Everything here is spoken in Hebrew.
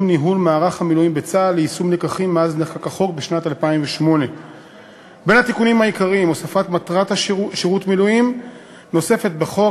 ניהול מערך המילואים בצה"ל ליישום לקחים מאז נחקק החוק בשנת 2008. בין התיקונים העיקריים: הוספת מטרת שירות מילואים נוספת בחוק,